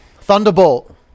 Thunderbolt